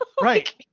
right